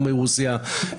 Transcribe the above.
גם מרוסיה,